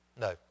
No